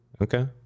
Okay